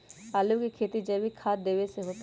आलु के खेती जैविक खाध देवे से होतई?